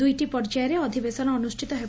ଦୂଇଟି ପର୍ଯ୍ୟାୟରେ ଅଧିବେଶନ ଅନୁଷ୍ଷିତ ହେବ